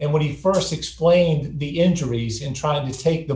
and when he st explained the injuries in trying to take the